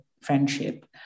friendship